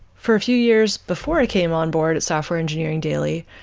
for a few years before i came on board at software engineering daily,